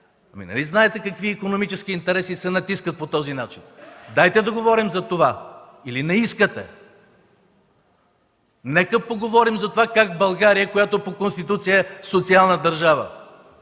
Нали знаете какви икономически интереси се натискат по този начин? Дайте да говорим за това! Или не искате?! Нека поговорим как България, която по Конституция е социална държава,